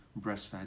breastfed